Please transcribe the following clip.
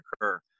occur